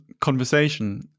conversation